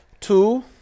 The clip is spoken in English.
Two